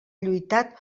lluitat